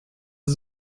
war